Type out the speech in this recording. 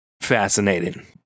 fascinating